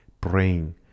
praying